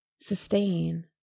sustain